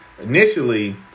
initially